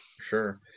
sure